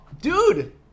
Dude